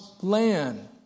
land